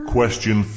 Question